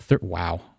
Wow